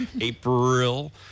April